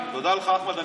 תודה לך, אחמד.